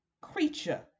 creature